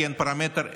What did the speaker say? כי אין פרמטר אחד,